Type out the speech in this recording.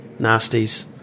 nasties